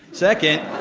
second,